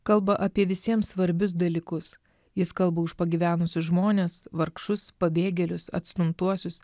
kalba apie visiems svarbius dalykus jis kalba už pagyvenusius žmones vargšus pabėgėlius atstumtuosius